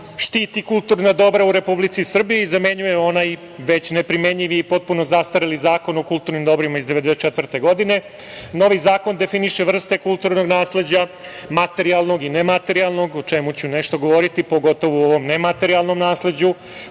štiti kulturna dobra u Republici Srbiji i zamenjuje onaj već neprimenjivi i potpuno zastareli Zakon o kulturnim dobrima iz 1994. godine. Novi zakon definiše vrste kulturnog nasleđa, materijalnog i nematerijalno, a o čemu ću govoriti, pogotovo o ovom nematerijalnom nasleđu,